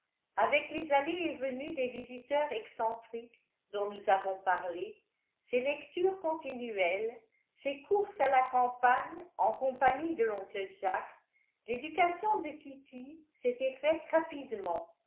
avec les allées et venues des visiteurs excentriques dont nous avons parlé ses lectures continuelles ses courses à la campagne en compagnie de l'oncle jack l'éducation de kitty s'était faite rapidement